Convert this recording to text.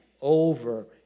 over